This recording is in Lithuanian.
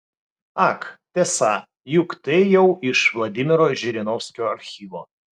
ak tiesa juk tai jau iš vladimiro žirinovskio archyvo